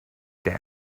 down